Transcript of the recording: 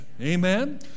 Amen